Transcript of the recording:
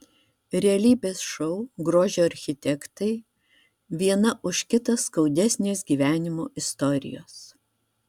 realybės šou grožio architektai viena už kitą skaudesnės gyvenimo istorijos